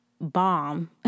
bomb